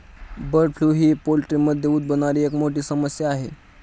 bird flu ही पोल्ट्रीमध्ये उद्भवणारी एक मोठी समस्या आहे